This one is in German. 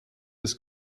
des